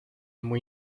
muy